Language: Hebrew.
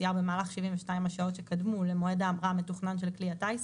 במהלך 72 השעות שקדמו למועד ההמראה המתוכנן של כלי הטיס,